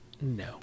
No